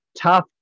tough